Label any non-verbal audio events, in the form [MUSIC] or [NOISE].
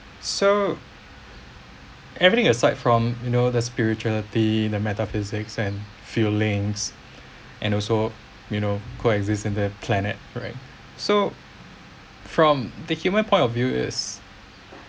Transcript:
so everything aside from you know the spirituality the metaphysics and feelings [BREATH] and also you know coexist in the planet right so from the human point of view is